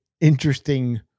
interesting